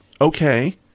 Okay